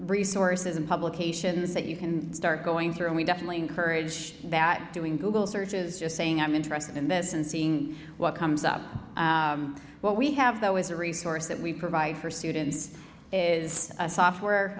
resources and publications that you can start going through and we definitely encourage that doing google searches just saying i'm interested in this and seeing what comes up what we have though is a resource that we provide for students is a